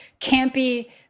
campy